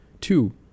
Two